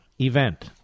event